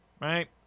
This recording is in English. right